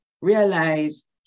realize